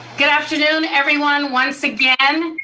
good afternoon everyone, once again.